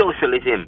socialism